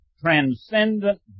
transcendent